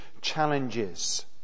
challenges